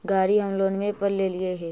गाड़ी हम लोनवे पर लेलिऐ हे?